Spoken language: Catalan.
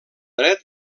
dret